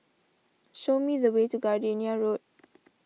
show me the way to Gardenia Road